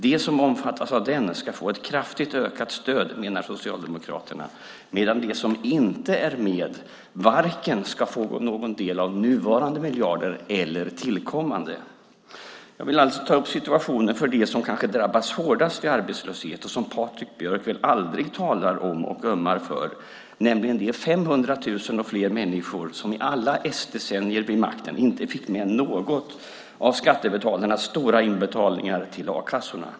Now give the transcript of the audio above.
De som omfattas av den ska få ett kraftigt ökat stöd menar Socialdemokraterna, medan de som inte är med ska inte få någon del av vare sig nuvarande eller tillkommande miljarder. Jag vill alltså ta upp situationen för dem som kanske drabbas hårdast vid arbetslöshet och som Patrik Björck aldrig talar om eller ömmar för, nämligen de 500 000 och fler människor som i alla s-decennier vid makten inte fick något av skattebetalarnas stora inbetalningar till a-kassorna.